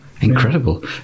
Incredible